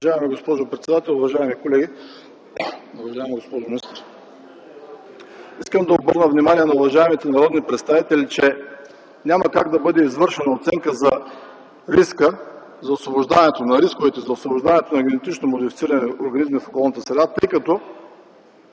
Уважаема госпожо председател, уважаеми колеги, уважаема госпожо министър! Искам да обърна внимание на уважаемите народни представители, че няма как да бъде извършена оценка за рисковете за освобождаване на генетично модифицирани организми в околната среда, тъй като